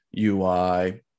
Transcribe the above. UI